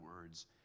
words